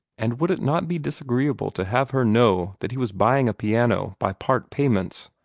and would it not be disagreeable to have her know that he was buying a piano by part payments?